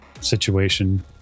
situation